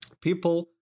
people